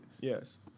Yes